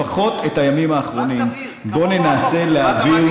לפחות את הימים האחרונים בוא ננסה להעביר